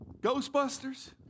Ghostbusters